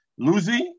Luzi